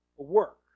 work